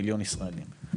למיליון ישראלים.